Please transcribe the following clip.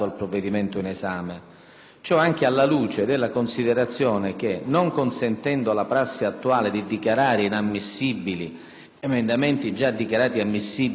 Ciò anche alla luce della considerazione che, non consentendo la prassi attuale di dichiarare inammissibili emendamenti già dichiarati ammissibili e accolti in Commissione,